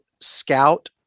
scout